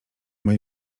mej